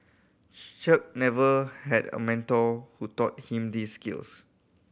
Chung never had a mentor who taught him these skills